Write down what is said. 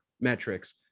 metrics